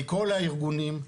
מכל הארגונים,